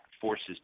forces